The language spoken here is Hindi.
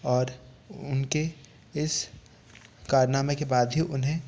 और उनके इस कारनामे के बाद ही उन्हें